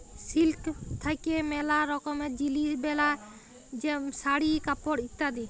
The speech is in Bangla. সিল্ক থাক্যে ম্যালা রকমের জিলিস বেলায় শাড়ি, কাপড় ইত্যাদি